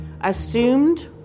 assumed